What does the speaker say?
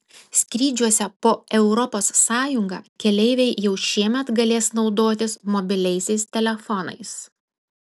skrydžiuose po europos sąjungą keleiviai jau šiemet galės naudotis mobiliaisiais telefonais